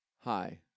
Hi